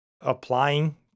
applying